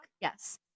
Yes